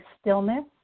stillness